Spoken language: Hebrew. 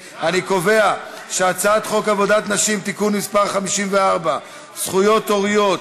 ההצעה להעביר את הצעת חוק עבודת נשים (תיקון מס' 54) (זכויות הוריות),